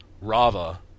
Rava